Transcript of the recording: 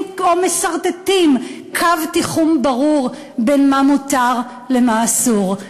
או מסרטטים קו תיחום ברור בין מה שמותר למה שאסור.